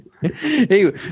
Hey